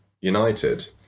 United